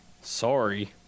Sorry